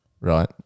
right